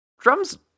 Drums